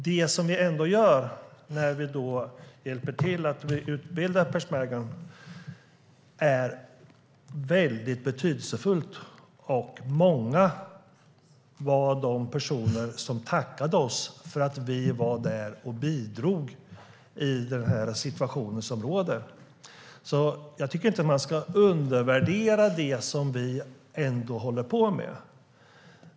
Det som vi gör när vi hjälper till att utbilda peshmerga är väldigt betydelsefullt. Många var de personer som tackade oss för att vi var där och bidrog i den situation som råder. Jag tycker inte att man ska undervärdera det som vi ändå håller på med.